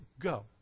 go